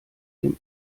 dem